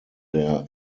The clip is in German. der